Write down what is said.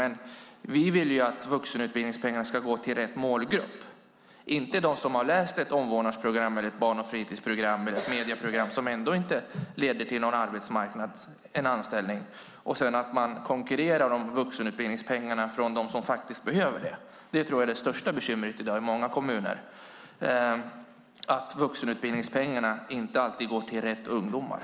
Men vi vill att vuxenutbildningspengarna ska gå till rätt målgrupp. De ska inte gå till dem som har läst ett omvårdnadsprogram, ett barn och fritidsprogram eller ett medieprogram som ändå inte leder till någon anställning och som konkurrerar om vuxenutbildningspengarna med dem som behöver det. Det största bekymret i dag i många kommuner är att vuxenutbildningspengarna inte alltid går till rätt ungdomar.